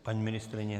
Paní ministryně?